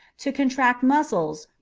to contract muscles,